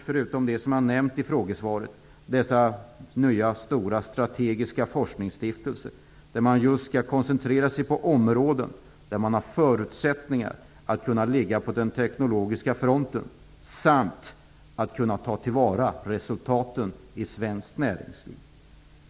Förutom det som nämnts i frågesvaret har vi åstadkommit de nya stora strategiska forskningsstiftelser, där man just skall koncentrera sig på områden där det finns förutsättningar att så att säga ligga på den teknologiska fronten samt att ta till vara resultaten i svenskt näringsliv.